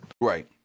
Right